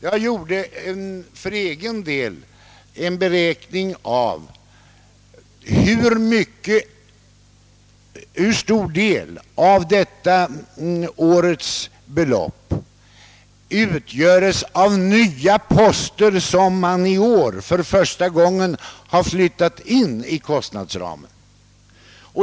Jag har själv gjort en beräkning av hur stor andel av detta års belopp som utgörs av nya poster, vilka i år för första gången har flyttats in i kostnadsramen.